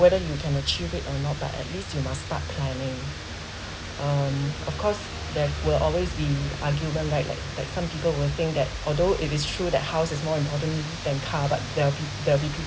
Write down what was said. whether you can achieve it or not but at least you must start planning um of course there's will always be argument right like like some people will think that although it is true that house is more important than car but there will be there will be people